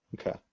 Okay